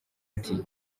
ati